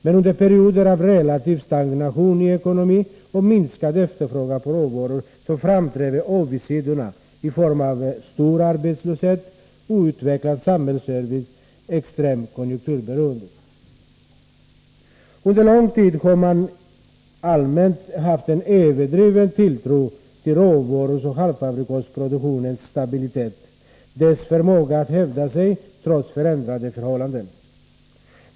Men under perioder av relativ stagnation i ekonomin och minskad efterfrågan på råvaror framträdde avigsidorna i form av stor arbetslöshet, outvecklad samhällsservice och extremt konjunkturberoende. Under lång tid har man allmänt haft en överdriven tilltro till råvaruoch halvfabrikatproduktionens stabilitet och till dess förmåga att hävda sig trots förändrade förhållanden.